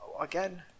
again